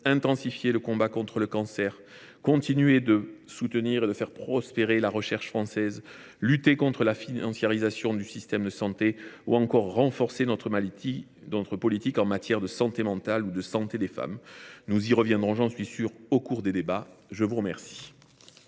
intensifier le combat contre le cancer, continuer de soutenir et de faire prospérer la recherche française, lutter contre la financiarisation du système de santé ou encore renforcer notre politique en matière de santé mentale ou de santé des femmes. Nous y reviendrons, j’en suis sûr, au cours des débats. La parole